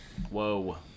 Whoa